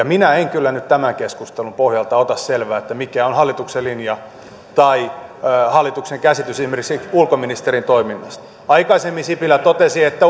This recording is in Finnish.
minä en kyllä nyt tämän keskustelun pohjalta ota selvää mikä on hallituksen linja tai hallituksen käsitys esimerkiksi ulkoministerin toiminnasta aikaisemmin sipilä totesi että